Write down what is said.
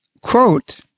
quote